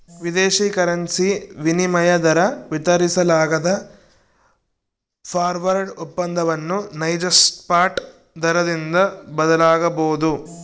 ವಿದೇಶಿ ಕರೆನ್ಸಿ ವಿನಿಮಯ ದರ ವಿತರಿಸಲಾಗದ ಫಾರ್ವರ್ಡ್ ಒಪ್ಪಂದವನ್ನು ನೈಜ ಸ್ಪಾಟ್ ದರದಿಂದ ಬದಲಾಗಬೊದು